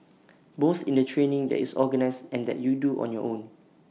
both in the training that is organised and that you do on your own